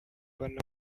one